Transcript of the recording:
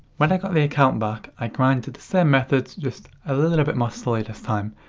when i got the account back, i grinded the same methods, just a little bit more slowly this time.